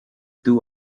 two